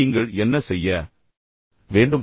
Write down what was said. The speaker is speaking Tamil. நீங்கள் என்ன செய்ய வேண்டும்